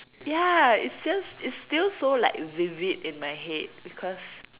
ya it's still it's still so like vivid in my head because